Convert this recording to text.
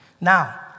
Now